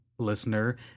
Listener